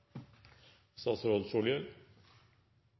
statsråd